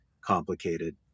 complicated